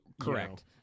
Correct